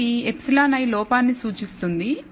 కాబట్టి ε i లోపాన్ని సూచిస్తుంది